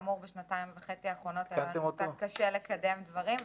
בשנתיים וחצי האחרונות היה קצת קשה לקדם דברים,